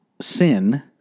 sin